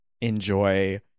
enjoy